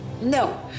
No